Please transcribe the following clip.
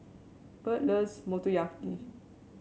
Bert loves Motoyaki